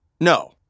No